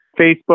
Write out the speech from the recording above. Facebook